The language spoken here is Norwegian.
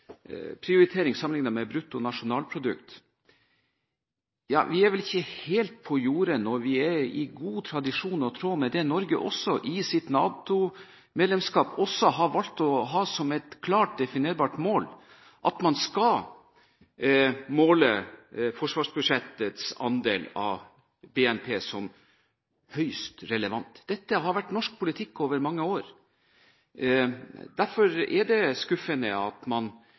med brutto nasjonalprodukt. Vi er vel ikke helt på jordet når vi i god tradisjon og i tråd med det Norge i sitt NATO-medlemskap har valgt å ha som et klart definerbart mål, mener at man skal måle forsvarsbudsjettets andel av BNP som høyst relevant. Dette har vært norsk politikk i mange år. Derfor er det skuffende at man